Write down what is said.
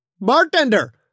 Bartender